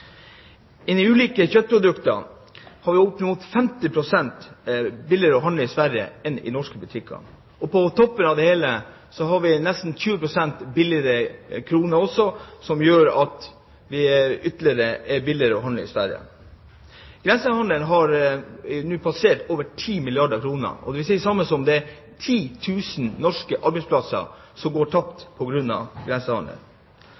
ulike kjøttprodukter er det opp mot 50 pst. billigere å handle i Sverige enn i norske butikker. På toppen av det hele har de nesten 20 pst. billigere krone i forhold til vår, som gjør det ytterligere billigere å handle i Sverige. Grensehandelen har nå passert 10 milliarder kr. Det vil si at det er 10 000 norske arbeidsplasser som går tapt på grunn av grensehandelen.